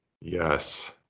Yes